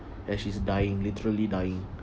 and she's dying literally dying